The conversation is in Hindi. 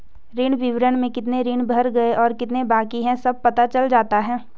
ऋण विवरण में कितने ऋण भर गए और कितने बाकि है सब पता चल जाता है